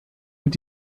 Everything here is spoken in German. und